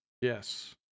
Yes